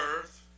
earth